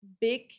big